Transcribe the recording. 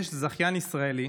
יש זכיין ישראלי,